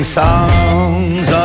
songs